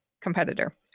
competitor